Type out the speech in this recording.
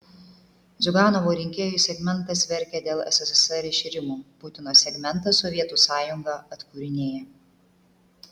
ziuganovo rinkėjų segmentas verkia dėl sssr iširimo putino segmentas sovietų sąjungą atkūrinėja